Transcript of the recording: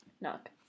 Knock